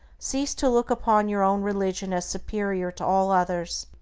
cease to look upon your own religion as superior to all others,